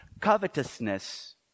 covetousness